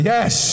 Yes